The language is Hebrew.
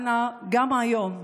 גם היום,